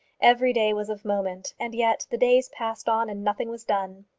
every day was of moment, and yet the days passed on and nothing was done.